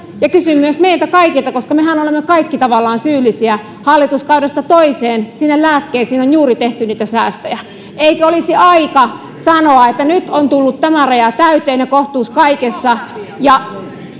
ja kysyn myös meiltä kaikilta koska mehän olemme kaikki tavallaan syyllisiä hallituskaudesta toiseen sinne lääkkeisiin on juuri tehty niitä säästöjä eikö olisi aika sanoa että nyt on tullut tämä raja täyteen ja kohtuus kaikessa ja